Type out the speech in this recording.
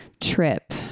trip